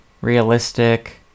realistic